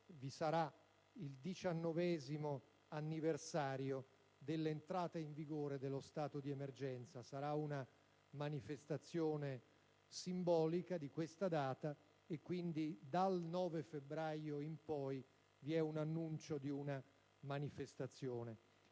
in occasione del 19° anniversario dell'entrata in vigore dello stato di emergenza. Sarà una manifestazione simbolica di questa data: quindi, dal 9 febbraio in poi vi è l'annuncio di una manifestazione.